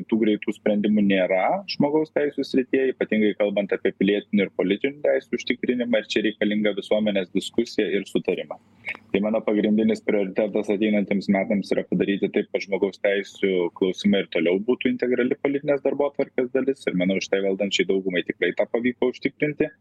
tų greitų sprendimų nėra žmogaus teisių srityje ypatingai kalbant apie pilietinių politinių teisių užtikrinimą ir čia reikalinga visuomenės diskusija ir sutarima tai mano pagrindinis prioritetas ateinantiems metams yra padaryti taip kad žmogaus teisių klausimai ir toliau būtų integrali politinės darbotvarkės dalis ir manau šitai valdančiai daugumai tikrai tą pavyko užtikrinti